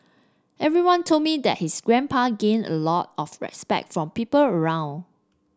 everyone told me that his grandpa gained a lot of respect from people around